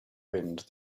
wind